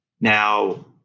Now